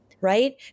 right